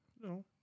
No